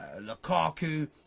Lukaku